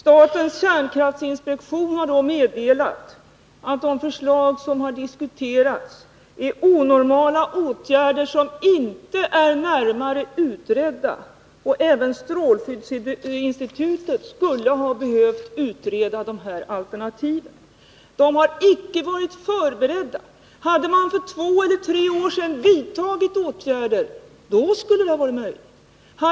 Statens kärnkraftinspektion har då meddelat att de förslag som har diskuterats är onormala åtgärder, som inte är närmare utredda. Även strålskyddsinstitutet skulle behöva utreda de här alternativen. De har inte varit förberedda. Hade man för två eller tre år sedan vidtagit åtgärder skulle det ha varit möjligt att finna andra lösningar.